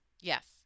yes